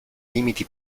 limiti